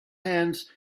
hands